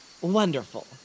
Wonderful